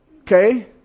Okay